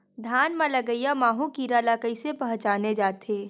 धान म लगईया माहु कीरा ल कइसे पहचाने जाथे?